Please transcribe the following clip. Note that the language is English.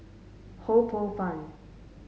Ho Poh Fun